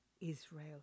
Israel